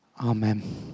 Amen